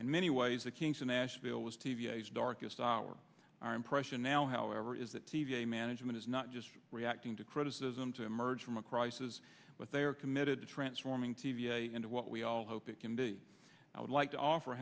in many ways the kinks in nashville was t v s darkest hour our impression now however is that t v a management is not just reacting to criticism to emerge from a crisis but they are committed to transforming t v a into what we all hope it can be i would like to offer